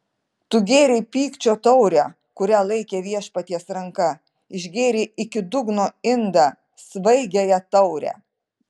tu gėrei pykčio taurę kurią laikė viešpaties ranka išgėrei iki dugno indą svaigiąją taurę